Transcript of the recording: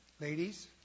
ladies